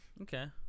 Okay